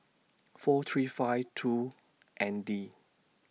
four three five two N D